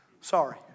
Sorry